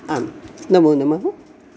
आं नमो नमः